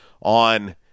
on